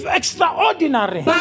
extraordinary